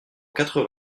quatre